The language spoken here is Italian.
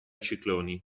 cicloni